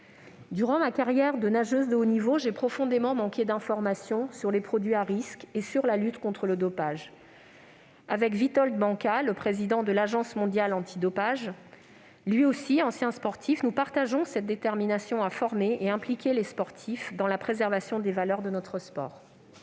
Durant ma carrière de nageuse de haut niveau, j'ai profondément manqué d'informations sur les produits à risque et la lutte contre le dopage. Avec Witold Banka, le président de l'Agence mondiale antidopage, lui aussi ancien sportif, je partage la même détermination à former et impliquer les sportifs dans la préservation des valeurs de notre sport.